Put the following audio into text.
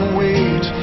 wait